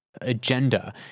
agenda